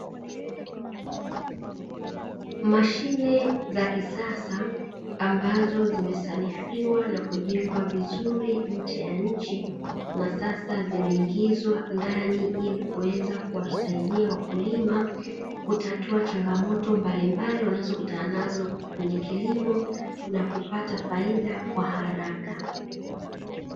Mashine za kisasa ambazo zimesanifiwa na kujengwa vizuri nje ya nchi na sasa zimeingizwa ndani ili kuweza kuwasaidia wakulima kutatua changamoto mbalimbali wanazokutana nazo kwenye kilimo na kupata faida kwa haraka.